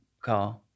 car